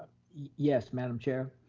yes, madam chair?